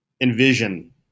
envision